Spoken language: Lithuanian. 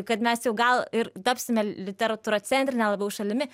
kad mes jau gal ir tapsime literatūracentrine labiau šalimi